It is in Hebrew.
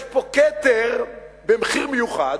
יש פה כתר במחיר מיוחד,